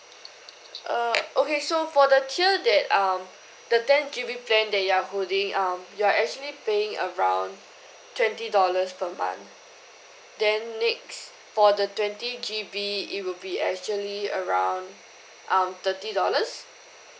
err okay so for the tier that um the ten G_B plan that you are holding um you're actually paying around twenty dollars per month then next for the twenty G_B it would be actually around um thirty dollars